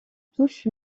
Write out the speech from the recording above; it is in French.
touche